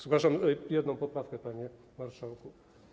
Zgłaszam jedną poprawkę, panie marszałku.